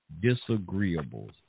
disagreeables